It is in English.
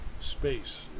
Space